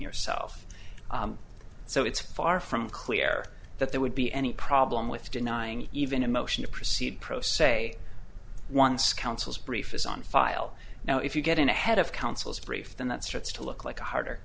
yourself so it's far from clear that there would be any problem with denying even a motion to proceed pro se once counsel's brief is on file now if you get in ahead of counsel's brief then that starts to look like a harder